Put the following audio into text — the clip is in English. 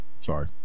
sorry